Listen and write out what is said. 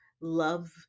love